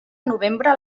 novembre